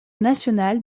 national